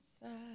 inside